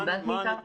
קיבלת מאיתנו?